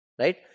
right